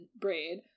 braid